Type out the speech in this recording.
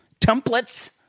Templates